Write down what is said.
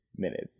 Minutes